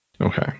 Okay